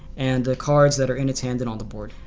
and the cards that are in its hands and on the board.